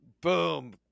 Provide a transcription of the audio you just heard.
Boom